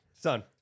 son